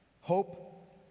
Hope